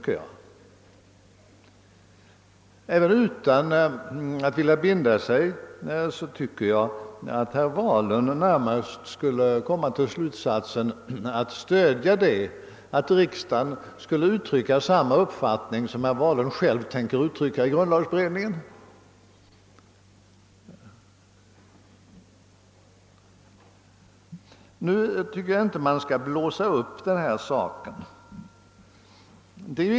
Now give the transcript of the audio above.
även om herr Wahlund inte vill binda sig borde han, tycker jag, närmast komma till den slutsatsen att riksdagen bör ge uttryck för samma uppfattning som herr Wahlund själv ämnar uttrycka i grundlagberedningen. Jag tycker dock inte att vi skall blåsa upp denna sak.